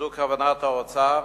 הזו כוונת האוצר?